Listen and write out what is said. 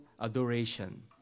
adoration